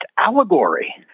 allegory